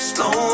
Slow